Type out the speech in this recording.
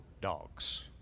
dogs